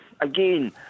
again